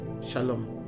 Shalom